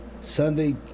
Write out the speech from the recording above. Sunday